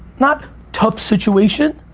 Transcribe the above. not tough situation,